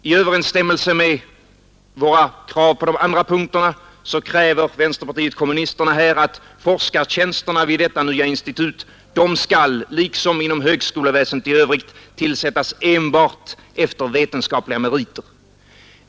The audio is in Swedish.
I överensstämmelse med våra krav på de andra punkterna kräver vänsterpartiet kommunisterna här att forskartjänsterna vid detta nya institut liksom inom högskoleväsendet i övrigt skall tillsättas enbart efter vetenskapliga meriter.